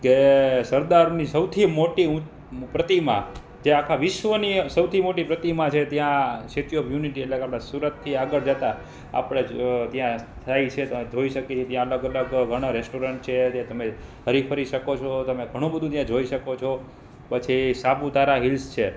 કે સરદારની સૌથી મોટી પ્રતિમા જે આખા વિશ્વની સૌથી મોટી પ્રતિમા છે ત્યાં સ્ટેચ્યૂ ઓફ યુનિટી એટલે કે આપણા સુરતથી આગળ જતાં આપણે જ ત્યાં સ્થાઈ છે તો જોઈ શકીએ ત્યાં અલગ ઘણાં રેસ્ટોરન્ટ છે તે તમે હરીફરી શકો છો તમે ઘણું બધું ત્યાં જોઈ શકો છો પછી સાપુતારા હિલ્સ છે